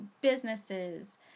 businesses